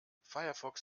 firefox